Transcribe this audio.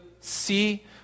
see